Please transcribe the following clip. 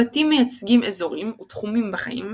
הבתים מייצגים אזורים ותחומים בחיים,